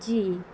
جی